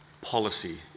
policy